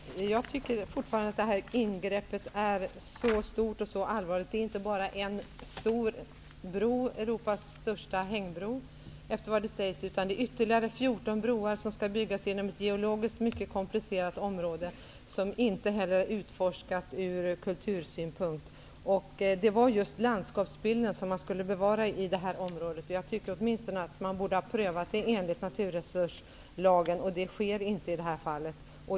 Herr talman! Jag tycker fortfarande att detta ingrepp är stort och allvarligt. Det gäller inte bara en stor bro -- det sägs att det är Europas största hängbro. Ytterligare 14 broar skall byggas inom ett geologiskt mycket komplicerat område som inte heller är utforskat ur kultursynpunkt. Det var just landskapsbilden som man skulle bevara i detta område. Jag tycker att man åtminstone borde ha prövat projektet enligt naturresurslagen, och det sker inte i det här fallet.